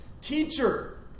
Teacher